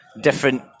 different